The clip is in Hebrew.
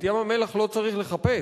את ים-המלח לא צריך לחפש,